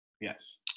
Yes